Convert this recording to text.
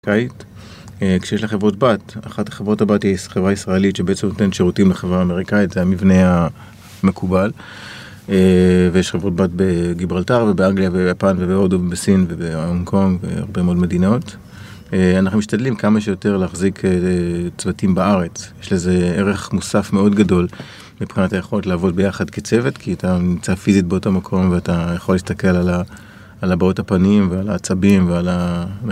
כשיש לך חברות בת, אחת החברות הבת היא חברה ישראלית שבעצם נותנת שירותים לחברה אמריקאית, זה המבנה המקובל ויש חברות בת בגיברלטר ובאנגליה וביפן ובהודו ובסין ובהונג קונג והרבה מאוד מדינות. אנחנו משתדלים כמה שיותר להחזיק צוותים בארץ, יש לזה ערך מוסף מאוד גדול מבחינת היכולת לעבוד ביחד כצוות כי אתה נמצא פיזית באותו מקום ואתה יכול להסתכל על הבעות הפנים ועל העצבים ועל ה...